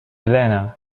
elena